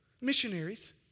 Missionaries